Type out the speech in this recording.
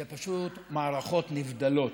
זה פשוט מערכות נבדלות,